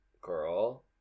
girl